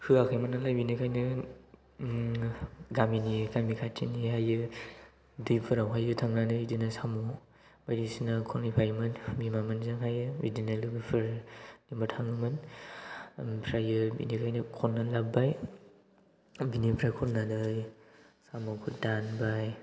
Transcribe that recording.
होआखैमोन नालाय बेनिखायनो गामि खाथिनि दैफोरावहाय थांनानै बिदिनो साम' बायदिसिना खनहैफायोमोन बिमामोनजोंहाय बिदिनो लोगोफोरजोंबो थाङोमोन ओमफ्राय बेनिफ्रायनो खननानै लाबोबाय बेनिफ्राय खननानै साम'खौ दानबाय